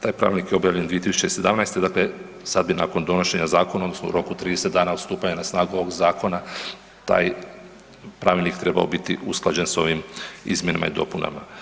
Taj pravilnik je objavljen 2017., dakle sad bi nakon donošenja zakona, odnosno u roku od 30 dana od stupanja na snagu ovog zakona taj pravilnik trebao biti usklađen sa ovim izmjenama i dopunama.